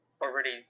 already